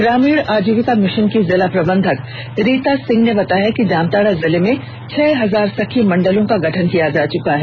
ग्रामीण आजीविका मिशन की जिला प्रबंधक रीता सिंह ने बताया कि जामताड़ा जिले में छह हजार सखी मंडल का गठन किया जा चुका है